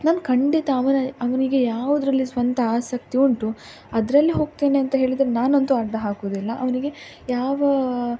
ನಾನು ಖಂಡಿತ ಅವನ ಅವನಿಗೆ ಯಾವುದ್ರಲ್ಲಿ ಸ್ವಂತ ಆಸಕ್ತಿ ಉಂಟು ಅದರಲ್ಲಿ ಹೋಗ್ತೇನೆ ಅಂತ ಹೇಳಿದರೆ ನಾನು ಅಂತೂ ಅಡ್ಡ ಹಾಕುವುದಿಲ್ಲ ಅವನಿಗೆ ಯಾವ